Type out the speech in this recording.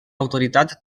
autoritat